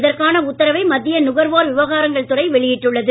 இதற்கான உத்தரவை மத்திய நுகர்வோர் விவகாரங்கள் துறை வெளியிட்டுள்ளது